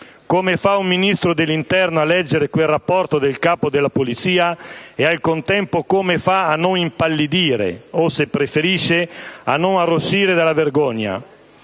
Come fa un Ministro dell'interno a leggere quel rapporto del Capo della Polizia e, al contempo, come fa a non impallidire? O, se preferisce, a non arrossire dalla vergogna?